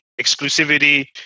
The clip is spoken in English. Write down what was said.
Exclusivity